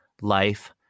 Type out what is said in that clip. life